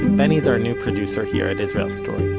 benny's our new producer here at israel story.